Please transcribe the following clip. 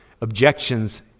objections